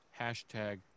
hashtag